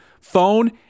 phone